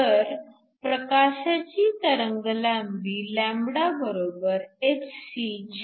तर प्रकाशाची तरंगलांबी λ hcE